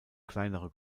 kleinere